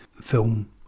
film